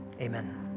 Amen